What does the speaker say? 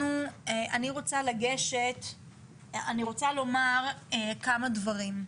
אני רוצה לומר כמה דברים.